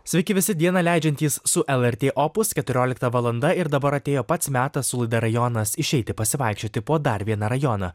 sveiki visi dieną leidžiantys su lrt opus keturiolikta valanda ir dabar atėjo pats metas su laida rajonas išeiti pasivaikščioti po dar vieną rajoną